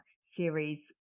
series